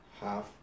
half